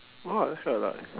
!wah! that's quite a lot